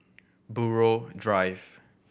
Buroh Drive